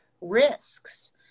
risks